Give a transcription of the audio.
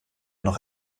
noch